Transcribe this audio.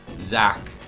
Zach